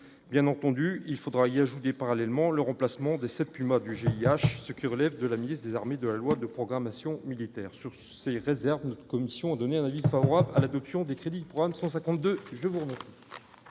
bien entendu, il faudra y ajouter parallèlement le remplacement de ces Pumas du jeu, ce qui relève de la ministre des armées, de la loi de programmation militaire sur ses réserves commission donner un lit à l'adoption des crédits prendre 152 je vous. Merci.